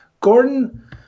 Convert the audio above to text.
Gordon